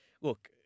look